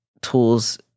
tools